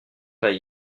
pas